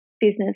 business